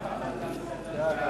23. נגד, אין, נמנעים,